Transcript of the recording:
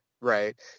right